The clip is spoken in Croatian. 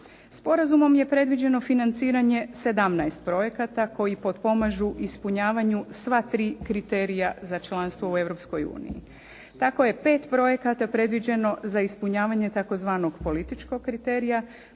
Sporazumom je predviđeno financiranje 17 projekata koji potpomažu ispunjavanju sva tri kriterija za članstvo u Europskoj uniji. Tako je pet projekata predviđeno za ispunjavanje tzv. političkog kriterija